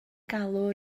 galw